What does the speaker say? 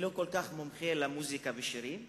אני לא כל כך מומחה למוזיקה ושירים,